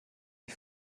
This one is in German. die